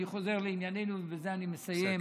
אני חוזר לענייננו ובזה אני מסיים,